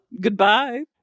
goodbye